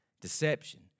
deception